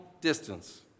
distance